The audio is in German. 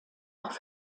auch